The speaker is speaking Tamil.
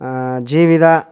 ஜீவிதா